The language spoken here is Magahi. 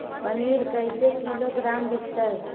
पनिर कैसे किलोग्राम विकतै?